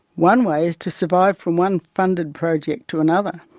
one way is to survive from one funded project to another.